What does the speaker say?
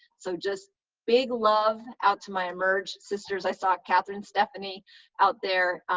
so just big love out to my emerge sisters. i saw catherine stephanie out there,